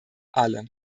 alle